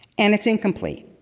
and its incomplete,